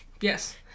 Yes